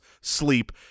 Sleep